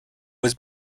was